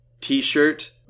t-shirt